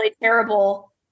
terrible